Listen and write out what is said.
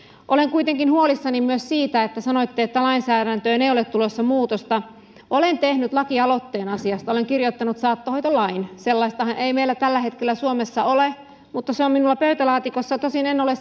olen kuitenkin huolissani myös siitä että sanoitte että lainsäädäntöön ei ole tulossa muutosta olen tehnyt lakialoitteen asiasta olen kirjoittanut saattohoitolain sellaistahan ei meillä tällä hetkellä suomessa ole mutta se on minulla pöytälaatikossa tosin en ole